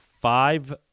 five